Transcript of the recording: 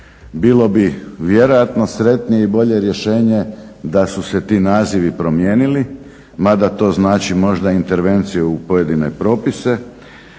Bilo bi vjerojatno sretnije i bolje rješenje da su se ti nazivi promijenili, ma da to znači možda intervencije u pojedine propise.